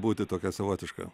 būti tokia savotiška